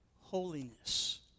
holiness